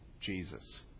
Jesus